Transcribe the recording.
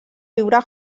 viure